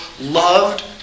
loved